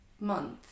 Month